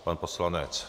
Pan poslanec.